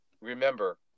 remember